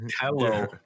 Hello